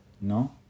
No